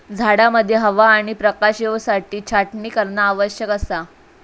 झाडांमध्ये हवा आणि प्रकाश येवसाठी छाटणी करणा आवश्यक असा